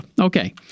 okay